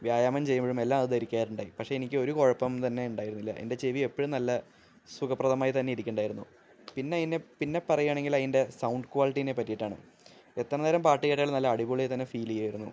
വ്യായാമം ചെയ്യുമ്പോഴും എല്ലാം അത് ധരിക്കാറുണ്ട് പക്ഷേ എനിക്കൊരു കുഴപ്പം തന്നെ ഉണ്ടായിരുന്നില്ല എന്റെ ചെവി എപ്പോഴും നല്ല സുഖപ്രദമായിത്തന്നെ ഇരിക്കുന്നുണ്ടായിരുന്നു പിന്നെ അതിന് പിന്നെ പറയാണെങ്കിലതിന്റെ സൗണ്ട് ക്വാളിറ്റീനെ പറ്റിയിട്ടാണ് എത്ര നേരം പാട്ട് കേട്ടാലും നല്ല അടിപൊളിയായി തന്നെ ഫീല് ചെയ്യുമായിരുന്നു